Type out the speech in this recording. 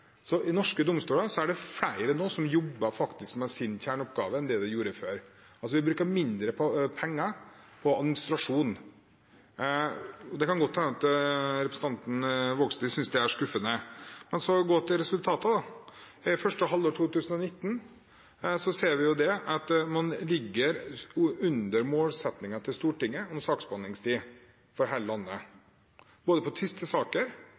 I norske domstoler er det nå flere som jobber med kjerneoppgavene, enn det var før. Vi bruker mindre penger på administrasjon. Det kan godt hende at representanten Vågslid synes det er skuffende, men la oss gå til resultatene. I første halvår 2019 ser vi at man ligger under Stortingets målsetting om saksbehandlingstid i hele landet, både